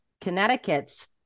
Connecticut's